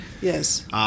Yes